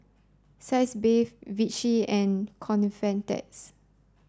sitz bath Vichy and Convatec